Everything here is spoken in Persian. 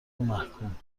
ومحکوم